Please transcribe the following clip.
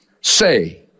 say